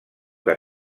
que